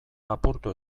apurtu